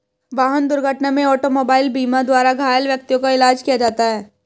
वाहन दुर्घटना में ऑटोमोबाइल बीमा द्वारा घायल व्यक्तियों का इलाज किया जाता है